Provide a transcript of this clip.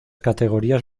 categorías